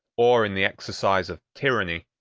or in the exercise of tyranny,